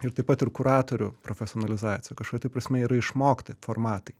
ir taip pat ir kuratorių profesionalizaciją kažkokia tai prasme yra išmokti formatai